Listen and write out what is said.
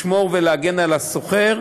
לשמור ולהגן על השוכר.